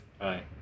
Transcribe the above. Right